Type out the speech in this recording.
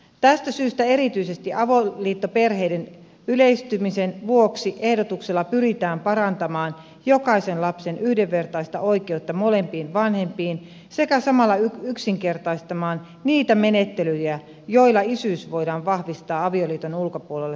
tästä syystä erityisesti avoliittoperheiden yleistymisen vuoksi ehdotuksella pyritään parantamaan jokaisen lapsen yhdenvertaista oikeutta molempiin vanhempiin sekä samalla yksinkertaistamaan niitä menettelyjä joilla isyys voidaan vahvistaa avioliiton ulkopuolella syntyneen lapsen osalta